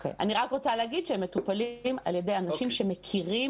אני רוצה להגיד שהם מטופלים על ידי אנשים שמכירים